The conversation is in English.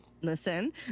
listen